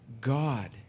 God